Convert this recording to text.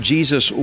Jesus